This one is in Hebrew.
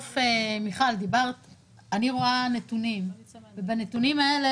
מיכל דיברה אבל אני רואה נתונים ובנתונים האלה